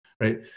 right